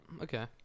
Okay